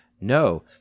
No